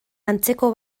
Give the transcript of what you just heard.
antzeko